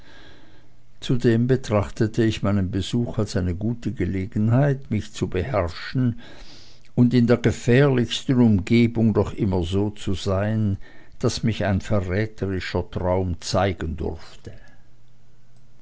zudem betrachtete ich meinen besuch als eine gute gelegenheit mich zu beherrschen und in der gefährlichsten umgebung doch immer so zu sein daß mich ein verräterischer traum zeigen durfte